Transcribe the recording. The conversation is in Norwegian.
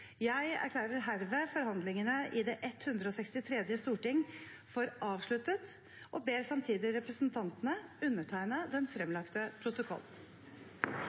Jeg erklærer herved forhandlingene i det 163. storting for avsluttet, og ber samtidig representantene undertegne den fremlagte protokollen.